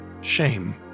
shame